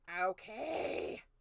Okay